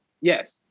Yes